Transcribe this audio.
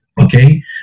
Okay